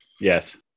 Yes